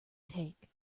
take